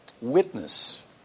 witness